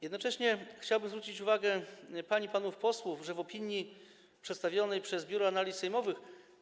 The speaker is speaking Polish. Jednocześnie chciałbym zwrócić uwagę pań i panów posłów, że w opinii przedstawionej przez Biuro Analiz Sejmowych.